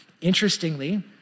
Interestingly